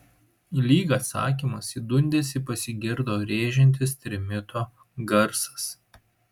lyg atsakymas į dundesį pasigirdo rėžiantis trimito garsas